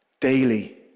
Daily